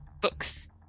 books